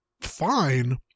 fine